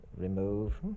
remove